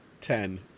Ten